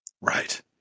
Right